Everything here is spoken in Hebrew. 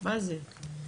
מה זה?